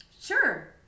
Sure